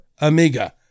Amiga